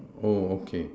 oh okay